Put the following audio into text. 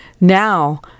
now